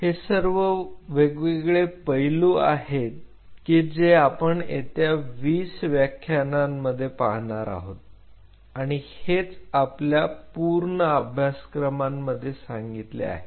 हे सर्व वेगवेगळे पैलू आहेत की जे आपण येत्या 20 व्याख्यानांमध्ये पाहणार आहोत आणि हेच आपल्या पूर्ण अभ्यासक्रमांमध्ये सांगितले आहे